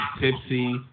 tipsy